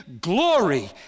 glory